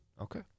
Okay